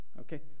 okay